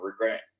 regret